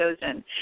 chosen